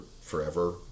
forever